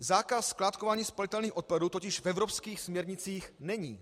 Zákaz skládkování spalitelných odpadů totiž v evropských směrnicích není.